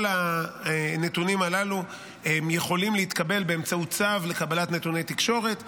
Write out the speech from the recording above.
כל הנתונים הללו יכולים להתקבל באמצעות צו לקבלת נתוני תקשורת.